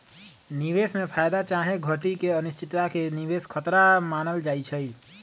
निवेश में फयदा चाहे घटि के अनिश्चितता के निवेश खतरा मानल जाइ छइ